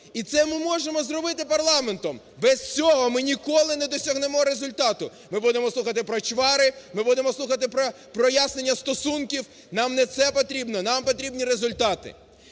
і це ми можемо зробити парламентом. Без цього ми ніколи не досягнемо результату, ми будемо слухати про чвари, ми будемо слухати про прояснення стосунків, нам не це потрібно, нам потрібні результати.